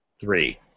three